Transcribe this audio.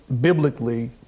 biblically